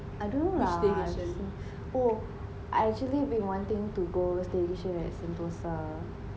I don't know lah oh actually we wanting to go staycation at sentosa